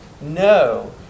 no